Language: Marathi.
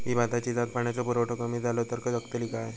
ही भाताची जात पाण्याचो पुरवठो कमी जलो तर जगतली काय?